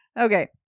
Okay